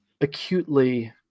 acutely